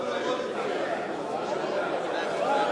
לא אמרת של מי